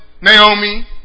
Naomi